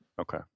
Okay